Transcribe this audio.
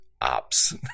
ops